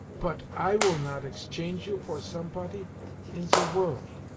pot i will not exchange you for somepoty in ze worlt,